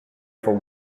for